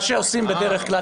מה שעושים בדרך כלל,